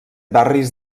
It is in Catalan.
barris